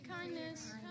kindness